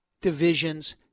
divisions